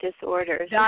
disorders